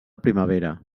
primavera